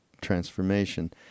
Transformation